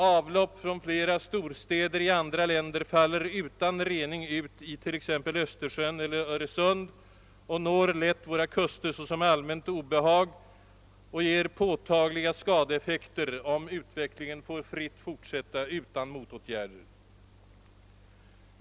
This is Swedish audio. Avlopp från flera storstäder i andra länder faller utan rening ut i t.ex. Östersjön eller Öresund och når lätt våra kuster såsom allmänt obehag och ger påtagliga skadeeffekter, om utvecklingen får fritt fortsätta utan motåtgärder.